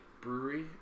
Brewery